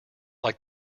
like